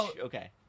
okay